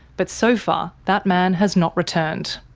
but so far that man has not returned.